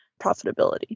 profitability